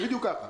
זה בדיוק ככה.